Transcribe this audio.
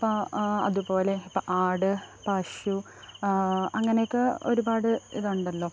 അപ്പോൾ ആ അതുപോലെ ഇപ്പോൾ ആട് പശു അങ്ങനെയൊക്കെ ഒരുപാട് ഇതുണ്ടല്ലോ